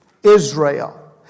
Israel